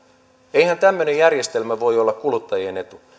eihän tämmöinen järjestelmä voi olla kuluttajien etu